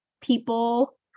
people